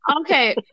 Okay